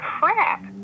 crap